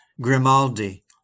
Grimaldi